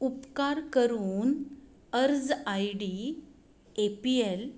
उपकार करून अर्ज I D A P L